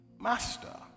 Master